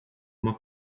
uma